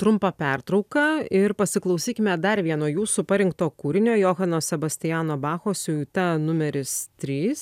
trumpą pertrauką ir pasiklausykime dar vieno jūsų parengto kūrinio johanno sebastiano bacho siuita numeris trys